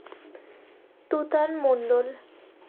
Tutan Mondal